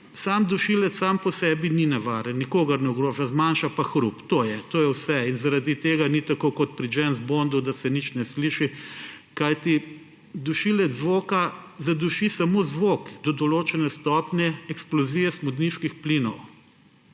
Sam dušilec sam po sebi ni nevaren. Nikogar ne ogroža, zmanjša pa hrup, to je vse. Zaradi tega ni tako kot pri Jamesu Bondu, da se nič ne sliši, kajti dušilec zvoka zaduši samo zvok do določene stopnje eksplozije smodniških plinov.